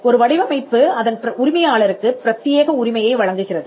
ஒரு வடிவமைப்பு அதன் உரிமையாளருக்கு பிரத்தியேக உரிமையை வழங்குகிறது